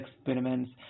experiments